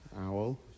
owl